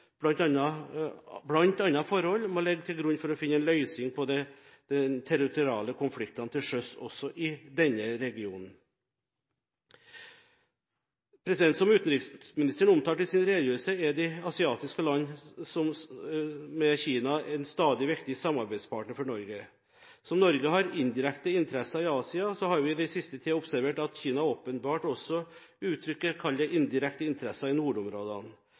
forhold, må ligge til grunn for å finne en løsning på den territoriale konflikten til sjøs også i denne regionen. Som utenriksministeren omtalte i sin redegjørelse, er de asiatiske land, med Kina, en stadig viktigere samarbeidspartner for Norge. Som Norge har indirekte interesser i Asia, har vi den siste tiden observert at Kina åpenbart også uttrykker, kall det, indirekte interesser i nordområdene.